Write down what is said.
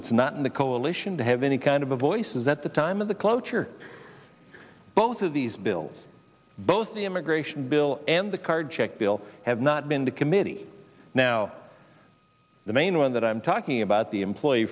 that's not in the coalition to have any kind of a voice is at the time of the cloture both of these bills both the immigration bill and the card check bill have not been to committee now the main one that i'm talking about the employee